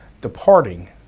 departing